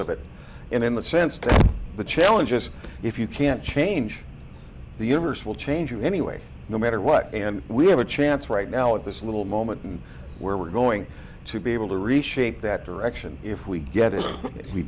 of it in the sense that the challenges if you can't change the universe will change anyway no matter what and we have a chance right now of this little moment where we're going to be able to reshape that direction if we get